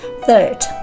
third